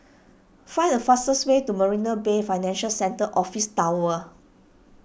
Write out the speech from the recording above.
find the fastest way to Marina Bay Financial Centre Office Tower